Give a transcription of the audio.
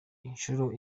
inshuro